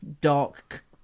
dark